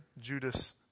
Judas